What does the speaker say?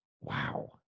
Wow